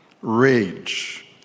rage